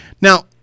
Now